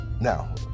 Now